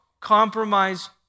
compromise